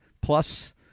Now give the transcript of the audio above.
Plus